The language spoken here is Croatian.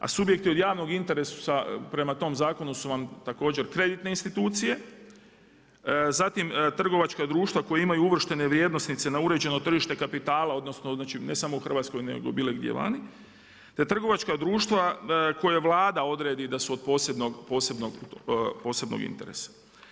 A subjekti od javnog interesa prema tom zakonu su vam također kreditne institucije zatim trgovačka društva koja imaju uvrštene vrijednosnice na uređeno tržište kapitala odnosno ne samo u Hrvatskoj nego bilo gdje vani te trgovačka društva koja Vlada odredi da su od posebnog interesa.